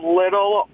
little